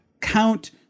count